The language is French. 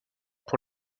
pour